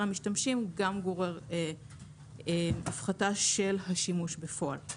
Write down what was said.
המשתמשים גם גורר להפחתה של שימוש בפועל.